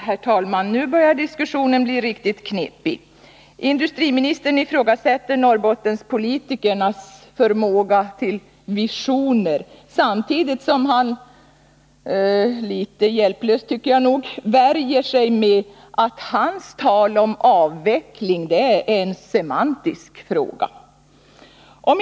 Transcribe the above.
Herr talman! Nu börjar diskussionen bli riktigt knepig. Industriministern ifrågasätter Norrbottenpolitikernas förmåga till visioner, samtidigt som han -— litet hjälplöst tycker jag nog— värjer sig med att hans tal om avveckling är en semantisk fråga!